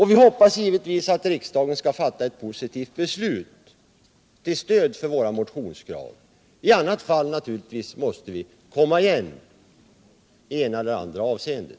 Vi hoppas givetvis att riksdagen skall fatta ett positivt beslut till stöd för våra motionskrav. I annat fall måste vi naturligtvis komma igen i det ena eller andra avseendet.